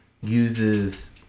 uses